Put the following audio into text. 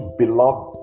beloved